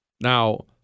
Now